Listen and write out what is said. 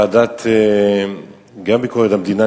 גם בוועדה לביקורת המדינה,